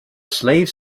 slaves